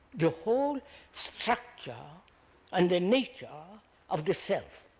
the whole structure and the nature of the self?